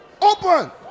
open